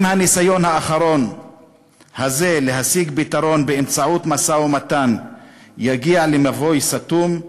אם הניסיון האחרון הזה להשיג פתרון באמצעות משא-ומתן יגיע למבוי סתום,